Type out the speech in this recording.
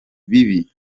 bibi